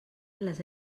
les